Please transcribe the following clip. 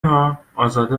ها؟ ازاده